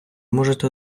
можете